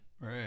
Right